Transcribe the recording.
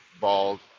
Bald